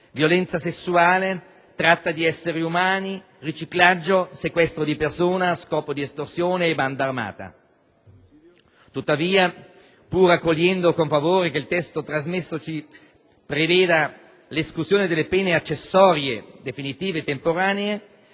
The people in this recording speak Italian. violenza sessuale, tratta di esseri umani, riciclaggio, sequestro di persona a scopo di estorsione e banda armata. Tuttavia, pur accogliendo con favore che il testo trasmessoci preveda l'esclusione delle pene accessorie definitive e temporanee,